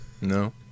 No